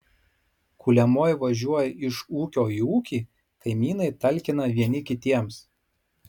kuliamoji važiuoja iš ūkio į ūkį kaimynai talkina vieni kitiems